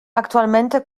actualmente